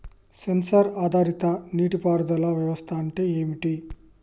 Censor ఆధారిత నీటి పారుదల వ్యవస్థ అంటే ఏమిటి?